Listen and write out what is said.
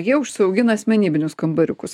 jie užsiaugina asmenybinius kambariukus